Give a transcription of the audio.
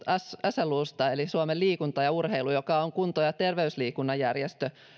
slusta eli suomen liikunnasta ja urheilusta joka on kunto ja terveysliikunnan järjestö